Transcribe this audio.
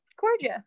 gorgeous